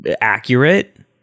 Accurate